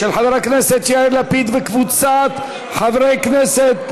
של חבר הכנסת יאיר לפיד וקבוצת חברי הכנסת.